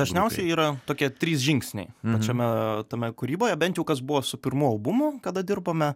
dažniausiai yra tokie trys žingsniai pačiame tame kūryboje bent kas buvo su pirmu albumu kada dirbome